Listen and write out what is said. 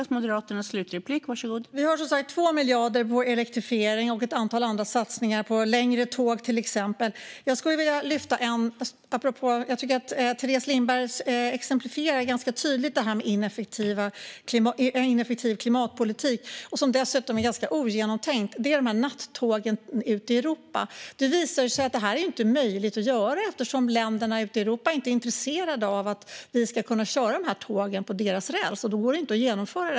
Fru talman! Vi har som sagt 2 miljarder till elektrifiering och ett antal andra satsningar, till exempel på längre tåg. Jag tycker att Teres Lindbergs exemplifiering är ganska tydlig när det gäller en ineffektiv klimatpolitik, som dessutom är ganska ogenomtänkt. Det handlar om nattågen ut i Europa. Det har visat sig att det inte är möjligt att göra detta eftersom länderna ute i Europa inte är intresserade av att vi ska kunna köra dessa tåg på deras räls, och då går det inte att genomföra.